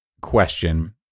question